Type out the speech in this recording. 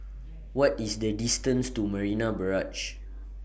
What IS The distance to Marina Barrage